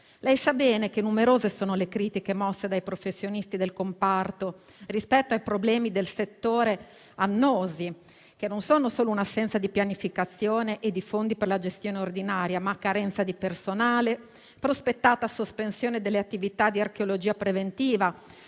Sa bene che sono numerose le critiche mosse dai professionisti del comparto rispetto agli annosi problemi del settore: non si tratta solo di un'assenza di pianificazione e di fondi per la gestione ordinaria, ma di carenza di personale, prospettata sospensione delle attività di archeologia preventiva,